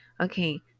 Okay